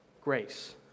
grace